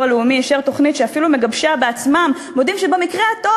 הלאומי אישר תוכנית שאפילו מגבשיה בעצמם מודים שבמקרה הטוב,